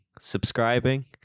subscribing